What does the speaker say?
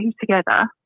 together